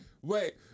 wait